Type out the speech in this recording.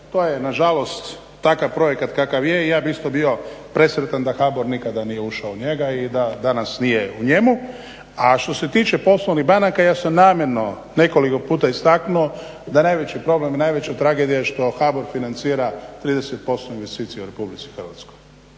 to je na žalost takav projekat kakav je i ja bih isto bio presretan da HBOR nikada nije ušao u njega i da danas nije u njemu. A što se tiče poslovnih banaka ja sam namjerno nekoliko puta istaknuo da najveći problem i najveća tragedija je što HBOR financira 30% investicija u Republici Hrvatskoj